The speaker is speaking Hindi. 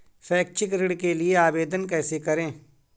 शैक्षिक ऋण के लिए आवेदन कैसे करें?